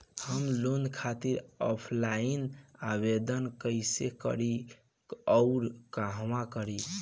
हम लोन खातिर ऑफलाइन आवेदन कइसे करि अउर कहवा करी?